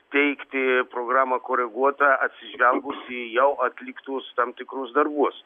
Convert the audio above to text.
teigti programa koreguota atsižvelgus į jau atliktus tam tikrus darbus